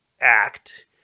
act